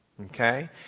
Okay